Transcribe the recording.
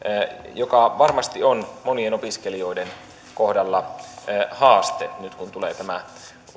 joka varmasti on monien opiskelijoiden kohdalla haaste nyt kun tulee tämä